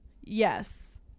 yes